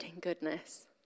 goodness